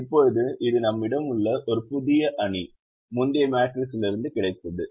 இப்போது இது நம்மிடம் உள்ள ஒரு புதிய அணி முந்தைய மேட்ரிக்ஸிலிருந்து கிடைத்தது